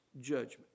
judgment